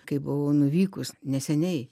kai buvau nuvykus neseniai